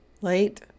late